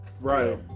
Right